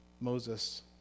Moses